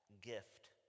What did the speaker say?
gift